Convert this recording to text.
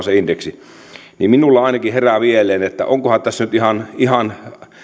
se indeksi on poistettava niin minulla ainakin herää mielessä että onkohan tässä nyt ihan ihan